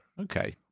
Okay